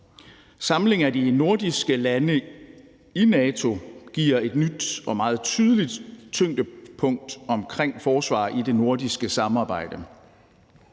Samling af de nordiske lande i NATO giver et nyt og meget tydeligt tyngdepunkt omkring forsvar i det nordiske samarbejde.